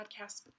podcast